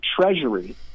Treasury